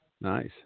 Nice